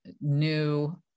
new